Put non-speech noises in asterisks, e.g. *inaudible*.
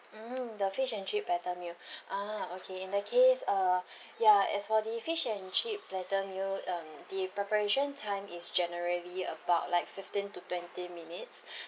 mm the fish and chip platter meal *breath* ah okay in that case uh *breath* ya as for the fish and chip platter meal um the preparation time is generally about like fifteen to twenty minutes *breath*